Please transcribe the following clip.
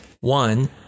one